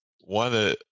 one